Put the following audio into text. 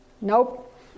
Nope